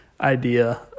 idea